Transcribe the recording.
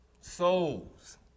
Souls